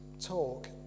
talk